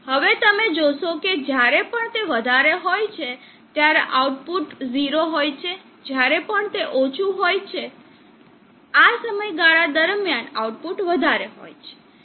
હવે તમે જોશો કે જ્યારે પણ તે વધારે હોય છે ત્યારે આઉટપુટ 0 હોય છે જ્યારે પણ તે ઓછું હોય છે આ સમયગાળા દરમિયાન આઉટપુટ વધારે હોય છે